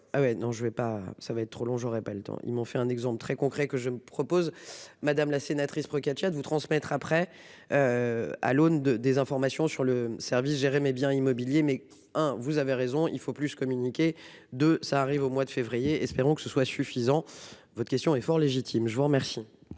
ne vais pas, ça va être trop long, j'aurai pas le temps, ils m'ont fait un exemple très concret que je propose, madame la sénatrice Procaccia de vous transmettre après. À l'aune de désinformation sur le service géré mes biens immobiliers mais hein. Vous avez raison, il faut plus communiquer de ça arrive au mois de février. Espérons que ce soit suffisant. Votre question est fort légitime, je vous remercie.